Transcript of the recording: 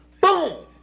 Boom